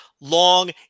long